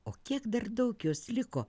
o kiek dar daug jos liko